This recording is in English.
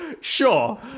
sure